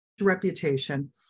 reputation